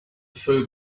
food